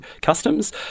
customs